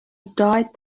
died